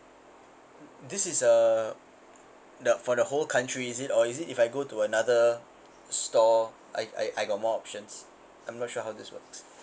this is a the for the whole country is it or is it if I go to another store I I I got more options I'm not sure how this works